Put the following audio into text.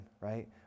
right